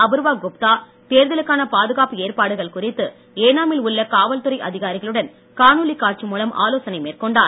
அபூர்வா குப்தா தேர்தலுக்கான பாதுகாப்பு ஏற்பாடுகள் குறித்து ஏனாமில் உள்ள காவல்துறை அதிகாரிகளுடன் காணொளி காட்சி மூலம் ஆலோசனை மேற்கொண்டார்